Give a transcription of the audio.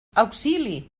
auxili